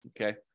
Okay